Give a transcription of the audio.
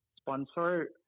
sponsor